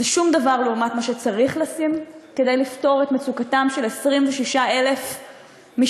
זה שום דבר לעומת מה שצריך לשים כדי לפתור את המצוקה של 26,000 משפחות,